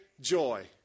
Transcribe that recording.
joy